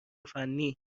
فنی